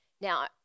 Now